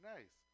Nice